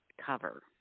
cover